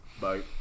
Bye